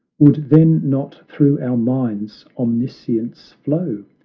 would then not through our minds omniscience flow,